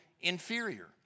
inferior